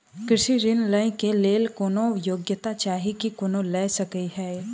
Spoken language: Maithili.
कृषि ऋण लय केँ लेल कोनों योग्यता चाहि की कोनो लय सकै है?